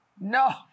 No